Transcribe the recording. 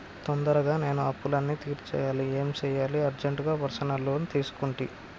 తొందరగా నేను అప్పులన్నీ తీర్చేయాలి ఏం సెయ్యాలి అర్జెంటుగా పర్సనల్ లోన్ తీసుకుంటి